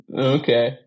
Okay